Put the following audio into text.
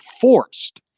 forced